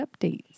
updates